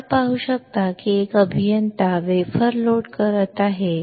आपण पाहू शकता की एक अभियंता वेफर लोड करत आहे